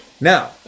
now